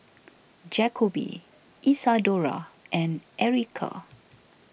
Jacoby Isadora and Erykah